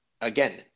again